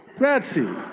red sea.